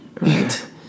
right